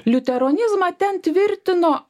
liuteronizmą ten tvirtino